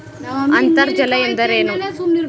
ಅಂತರ್ಜಲ ಎಂದರೇನು?